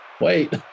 Wait